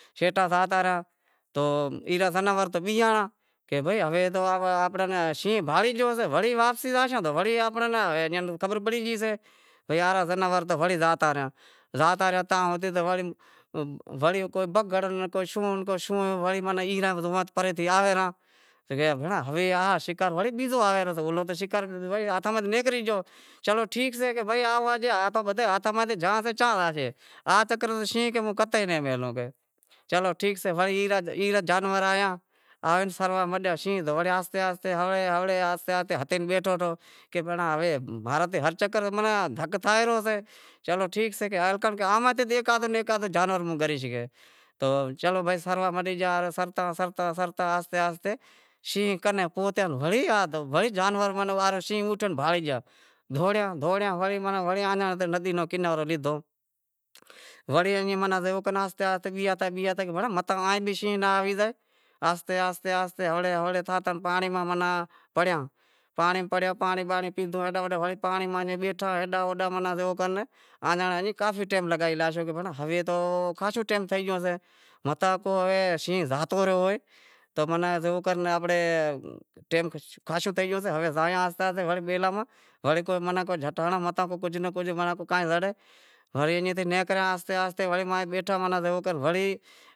شیٹا زاتا رہیا تو بیزا زانور تو بینہانڑا کہ بھائی ہوے تو امیں شینہں بھاڑی گیو سے، ہوے واپسی زاشان تو ایئاں ناں وڑی خبر پڑی گئیشے۔ بھئی آڑا زناور تو وڑی زتا رہیا۔ زاتا رہیا تو وڑی کو بگھڑ کو شوں کو شوں وڑی ای آوے رہاں۔ ہوے تو بھینڑاں شیکار بیزو آوے رہ یو، او شیکار تو ہاتھاں ماں نیکری گیو۔ چلو ٹھیک سئے ای موں رے ہاتھاں ما زاشے تو چاں زاشے۔ آ چکر شینہں کئے ہوں قطعی ناں میلہوں۔ چلو ٹھیک سئے وڑے ای را جانور آیا آوے سروا مٹیا شینہں تو آہستے آہستے ہوڑے ہوڑے ہتے بیٹھو کہ بھینڑاں ماں رے تو ہر چکر دھک تھائے رہیو سئے ، چلو ٹھیک سئے کہ امڑے ہوں ہیک ناں ہیک آدہو جانور تاں ہوں گریش۔ چلو بھائی سرواں مٹی گیا سرتاں سرتاں آہستے آہستے شینہں کنے پہچیا ورے آوے شینہں اوٹھیو جانور بھاگے گیا دہوڑیا دہوڑیا وڑے ماناں ندی رو کنارو ڈیدو وڑے ایئں ماناں آہستے آہستے بیہازتے بیہازتے کہ بھینڑاں متاں آئیں شینہں ناں آوی زائےآہستے آہستے ہوڑے ہوڑے پانڑی ماں ماناں پڑیا، پانڑی ماں پڑے پانڑی پیدو ہیڈاں ہوڈاں وڑے بیٹھا ماناں ہیڈاں ہوڈاں کافی ٹیم لگائی لاشو بھینڑاں ہوے تو کھاشو ٹیم تھئے گیو شے، متاں کو شینہں زاتو رہیو ہوئے تو ماناں زیوو کر آنپڑو ٹیم خاشو تھئے گیو ہوشے ہوے زائے آہستے آہستے وڑے بیلاں ماں متاں کو جھٹ ہنڑاں متاں کجھ ناں کجھ کائیں زڑے وڑے ایئں تاں نیکریا آہستے آہستے بیٹھا